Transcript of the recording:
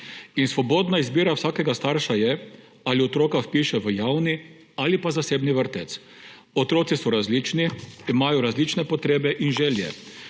In svobodna izbira vsakega starša je, ali otroka vpiše v javni ali pa zasebni vrtec. Otroci so različni, imajo različne potrebe in želje,